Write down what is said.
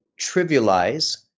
trivialize